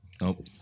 Nope